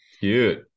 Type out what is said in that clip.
Cute